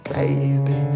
baby